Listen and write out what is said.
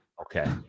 Okay